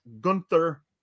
Gunther